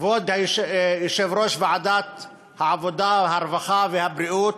כבוד יושב-ראש ועדת העבודה, הרווחה והבריאות,